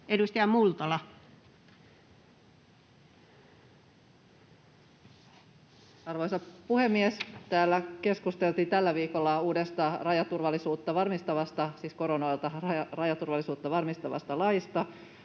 16:50 Content: Arvoisa puhemies! Täällä keskusteltiin tällä viikolla uudesta rajaturvallisuutta varmistavasta — siis